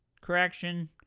correction